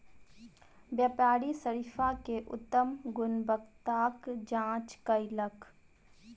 व्यापारी शरीफा के उत्तम गुणवत्ताक जांच कयलक